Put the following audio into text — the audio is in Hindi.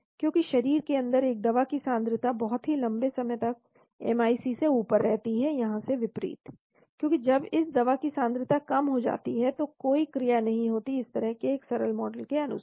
क्योंकि शरीर के अंदर एक दवा की सांद्रता बहुत ही लंबे समय तक एमआईसी से ऊपर रहती है यहां से विपरीत क्योंकि जब इस दवा की सांद्रता कम हो जाति है तो कोई क्रिया नहीं होती है इस तरह के एक सरल मॉडल के अनुसार